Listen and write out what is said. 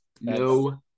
no